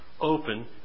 Open